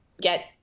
get